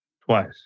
Twice